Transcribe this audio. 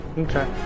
Okay